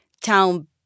town